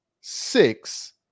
six